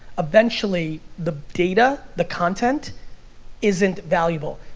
eventually, the data, the content isn't valuable.